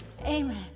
Amen